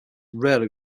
rarely